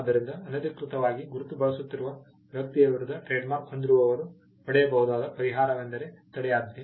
ಆದ್ದರಿಂದ ಅನಧಿಕೃತವಾಗಿ ಗುರುತು ಬಳಸುತ್ತಿರುವ ವ್ಯಕ್ತಿಯ ವಿರುದ್ಧ ಟ್ರೇಡ್ಮಾರ್ಕ್ ಹೊಂದಿರುವವರು ಪಡೆಯಬಹುದಾದ ಪರಿಹಾರವೆಂದರೆ ತಡೆಯಾಜ್ಞೆ